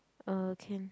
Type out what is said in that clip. uh can